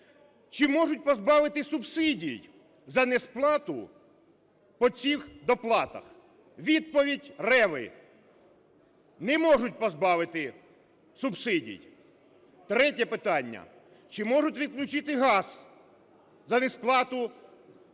чи можуть позбавити субсидій за несплату по цих доплатах? Відповідь Реви: не можуть позбавити субсидій. Третє питання: чи можуть відключити газ за несплату по цим платіжкам